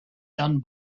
done